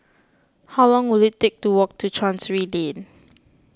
how long will it take to walk to Chancery Lane